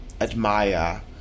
admire